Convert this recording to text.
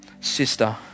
sister